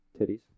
titties